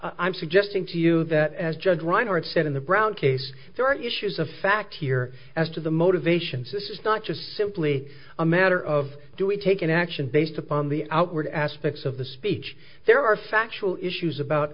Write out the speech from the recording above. i'm suggesting to you that as judge reiner it said in the brown case there are issues of fact here as to the motivations this is not just simply a matter of do we take an action based upon the outward aspects of the speech there are factual issues about